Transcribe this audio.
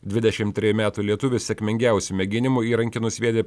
dvidešimt trejų metų lietuvis sėkmingiausiu mėginimu įrankį nusviedė